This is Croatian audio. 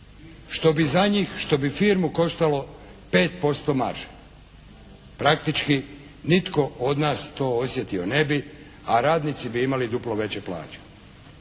što bi za njih, što bi firmu koštalo 5% marže. Praktički nitko od nas to osjetio ne bi, a radnici b i imali duplo veće plaće.